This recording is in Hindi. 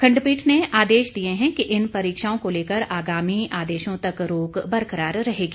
खंडपीठ ने आदेश दिए हैं कि इन परीक्षाओं को लेकर आगामी आदेशों तक रोक बरकरार रहेगी